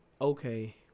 okay